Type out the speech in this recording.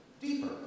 deeper